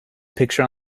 picture